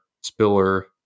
Spiller